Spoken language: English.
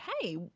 hey